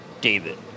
David